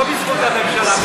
לא בזכות הממשלה,